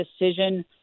decision